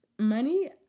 Money